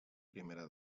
primera